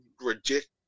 reject